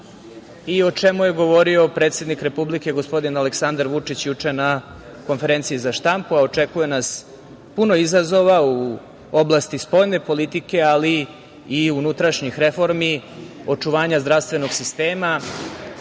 i o čemu je govorio predsednik Republike gospodin Aleksandar Vučić juče na konferenciji za štampu, a očekuje nas puno izazova u oblasti spoljne politike, ali i unutrašnjih reformi, očuvanja zdravstvenog sistema,